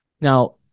Now